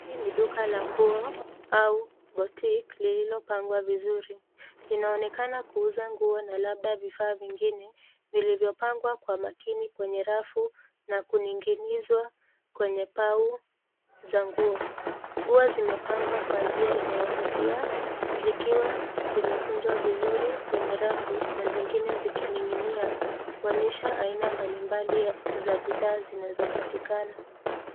Hii ni duka la nguo au boutique lililopangwa vizuri. Linaonekana kuuza nguo na labda vifaa vingine vilivyopangwa kwa makini kwenye rafu na kuning'inizwa kwenye pau za nguo. Nguo zimapangwa kwa njia inayovutia zikiwa zimekunjwa vizuri kwenye rafu na zingine zikining'inia kuonyesha aina mbalimbali za bidhaa zinazopatikana.